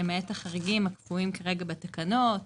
למעט החריגים הקבועים כרגע בתקנות.